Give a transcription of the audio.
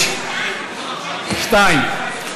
יש שתיים.